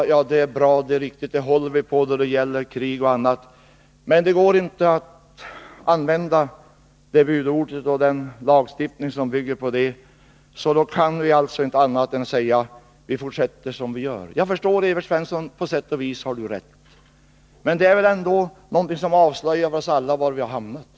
Detta bud är bra och riktigt, och det håller vi på när det gäller krig och annat. Men det går inte att använda det budordet och den lagstiftning som bygger på det, och då kan vi alltså inte säga annat än att vi fortsätter som vi gör. Jag förstår Evert Svensson, och på sätt och vis har han rätt. Men det han säger avslöjar för oss alla var vi har hamnat.